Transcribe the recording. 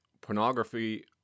pornography